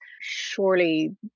Surely